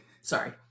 Sorry